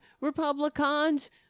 Republicans